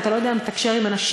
אם אתה לא יודע לתקשר עם אנשים,